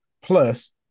plus